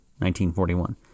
1941